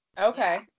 Okay